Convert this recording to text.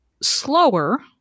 slower-